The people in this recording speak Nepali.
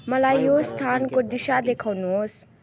मलाई यो स्थानको दिशा देखाउनुहोस्